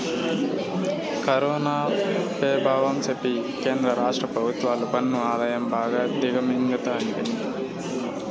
corona పెభావం సెప్పి కేంద్ర రాష్ట్ర పెభుత్వాలు పన్ను ఆదాయం బాగా దిగమింగతండాయి